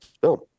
film